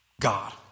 God